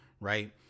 Right